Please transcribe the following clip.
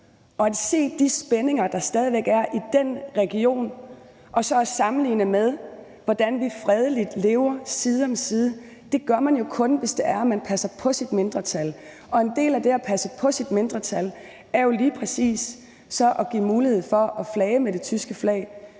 til at se de spændinger, der stadig er i den region, og så at sammenligne det med, hvordan vi fredeligt lever side om side, vil jeg sige, at det gør man jo kun, hvis det er sådan, at man passer på sit mindretal, og en del af det at passe på sit mindretal er jo lige præcis at give mulighed for at flage med det tyske flag